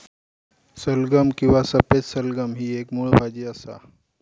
सलगम किंवा सफेद सलगम ही एक मुळ भाजी असा